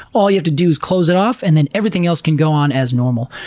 all you have to do close it off, and then everything else can go on as normal.